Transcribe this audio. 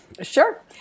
Sure